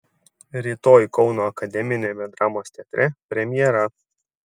rytoj kauno akademiniame dramos teatre premjera